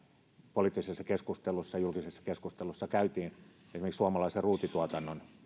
poliittisessa keskustelussa julkisessa keskustelussa käytiin esimerkiksi suomalaisen ruutituotannon